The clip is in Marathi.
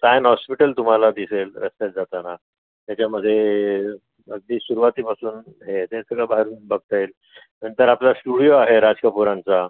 सायन हॉस्पिटल तुम्हाला दिसेल रस्त्यात जाताना तेच्यामध्ये अगदी सुरुवातीपासून हे ते सगळं बाहेरून बघता येईल नंतर आपला स्टुडिओ आहे राज कपूरांचा